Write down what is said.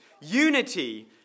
unity